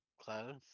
close